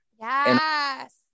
Yes